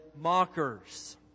mockers